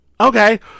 Okay